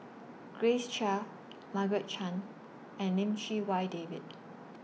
Grace Chia Margaret Chan and Lim Chee Wai David